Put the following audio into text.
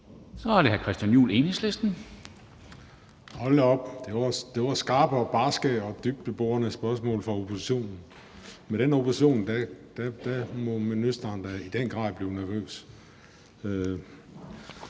Kl. 14:01 Christian Juhl (EL): Hold da op, det var skarpe og barske og dybdeborende spørgsmål fra oppositionen. Med den opposition må ministeren da i den grad blive nervøs.